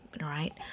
right